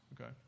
Okay